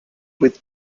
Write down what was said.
with